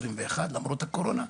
למרות הקורונה,